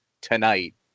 tonight